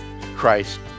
Christ